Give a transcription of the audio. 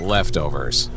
leftovers